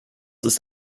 ist